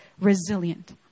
resilient